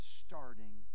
starting